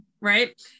right